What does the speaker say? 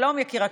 שלום, יקירתי.